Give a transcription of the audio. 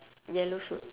yellow suit